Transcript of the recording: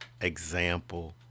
example